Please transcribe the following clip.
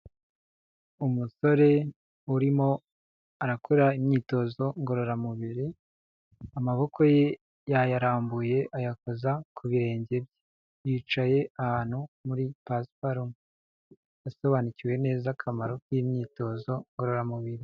Umusore urimo arakora imyitozo ngororamubiri, amaboko ye yayarambuye ayakoza ku birenge bye, yicaye ahantu muri pasuparume yasobanukiwe neza akamaro k'imyitozo ngororamubiri.